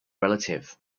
relative